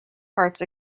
hearts